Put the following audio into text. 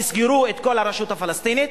תסגרו את כל הרשות הפלסטינית,